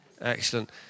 Excellent